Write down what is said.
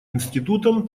институтом